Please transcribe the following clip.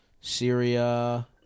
Syria